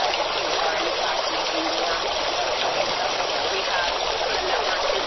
if you are in fact making your website accessible. we have some of the numbers.